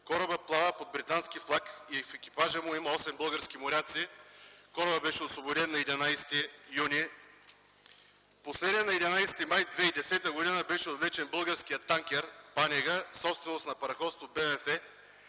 Корабът плава под британски флаг и в екипажа му има 8 български моряци. Корабът беше освободен на 11 юни. Последен на 11 май 2010 г. беше отвлечен българският танкер „ПАНЕГА”, собственост на Параходство